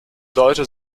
deutscher